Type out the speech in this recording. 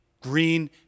green